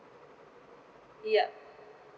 yup